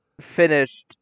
finished